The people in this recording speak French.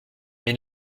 mais